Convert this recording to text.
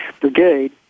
Brigade